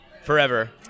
forever